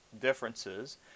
differences